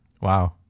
Wow